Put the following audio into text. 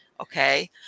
Okay